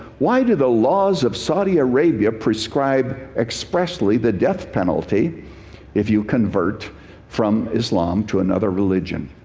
why do the laws of saudi arabia prescribe expressly the death penalty if you convert from islam to another religion?